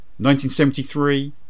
1973